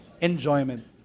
enjoyment